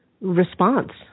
response